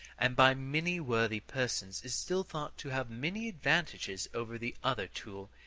and by many worthy persons is still thought to have many advantages over the other tool,